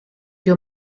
your